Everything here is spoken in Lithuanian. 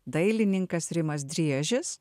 dailininkas rimas driežis